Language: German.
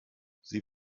sie